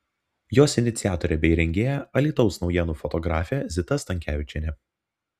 jos iniciatorė bei rengėja alytaus naujienų fotografė zita stankevičienė